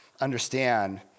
understand